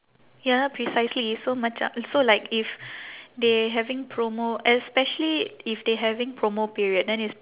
ya precisely so maca~ so like if they having promo especially if they having promo period then it's